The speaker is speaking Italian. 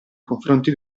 confronti